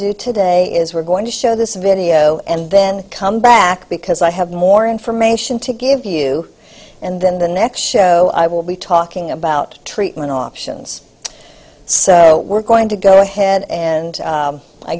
do today is we're going to show this video and then come back because i have more information to give you and then the next show i will be talking about treatment options so we're going to go ahead and